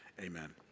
amen